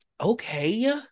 Okay